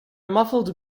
muffled